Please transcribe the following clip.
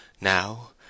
Now